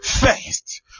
first